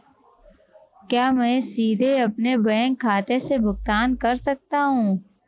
क्या मैं सीधे अपने बैंक खाते से भुगतान कर सकता हूं?